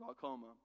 glaucoma